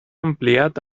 ampliat